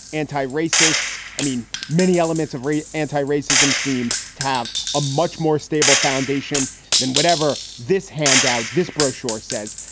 anti-racist. i mean, many elements of re anti-racism seem to have a much more stable foundation than whatever this handout, this brochure says.